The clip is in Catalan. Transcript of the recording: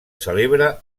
celebra